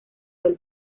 del